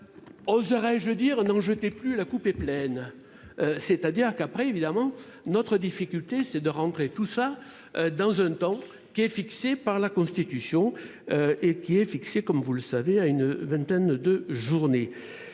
Oserais-je dire, n'en jetez plus la coupe est pleine. C'est-à-dire qu'après, évidemment notre difficulté c'est de rentrer tout ça dans un temps qui est fixée par la Constitution. Étiez fixé comme vous le savez, à une vingtaine de journée